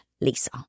Lisa